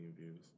views